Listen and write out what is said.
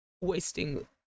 wasting